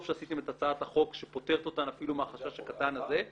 טוב שעשיתם את הצעת החוק שפוטרת אותן אפילו מהחשש הקטן הזה.